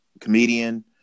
comedian